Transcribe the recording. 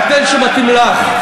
פטנט שמתאים לך.